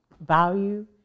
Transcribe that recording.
value